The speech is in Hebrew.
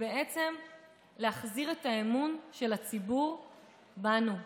ובעצם להחזיר את האמון של הציבור בנו,